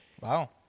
Wow